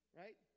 right